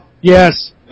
Yes